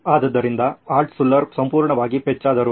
ಆದ್ದರಿಂದ ಆಲ್ಟ್ಶುಲ್ಲರ್ ಸಂಪೂರ್ಣವಾಗಿ ಪೆಚ್ಚಾದರು